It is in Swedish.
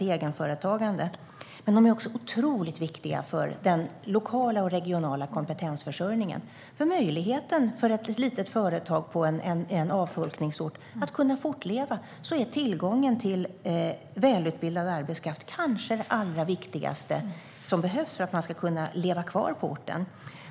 Yrkesprogrammen är dock otroligt viktiga också för den lokala och regionala kompetensförsörjningen. För möjligheten för ett litet företag i en avfolkningsort att överleva är tillgången till välutbildad arbetskraft kanske det allra viktigaste. Det är det som behövs för att man ska kunna leva kvar på orten.